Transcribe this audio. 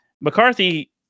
McCarthy